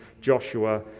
Joshua